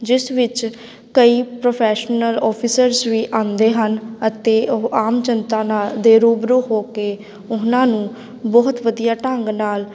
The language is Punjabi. ਜਿਸ ਵਿੱਚ ਕਈ ਪ੍ਰੋਫੈਸ਼ਨਲ ਔਫੀਸਰਸ ਵੀ ਆਉਂਦੇ ਹਨ ਅਤੇ ਉਹ ਆਮ ਜਨਤਾ ਨਾਲ ਦੇ ਰੂਬਰੂ ਹੋ ਕੇ ਉਹਨਾਂ ਨੂੰ ਬਹੁਤ ਵਧੀਆ ਢੰਗ ਨਾਲ